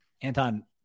Anton